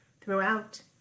throughout